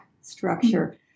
structure